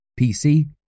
PC